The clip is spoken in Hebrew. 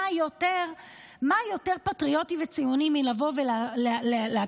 מה יותר פטריוטי וציוני מלבוא ולהקריב